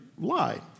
lied